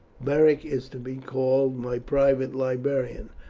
beric is to be called my private librarian.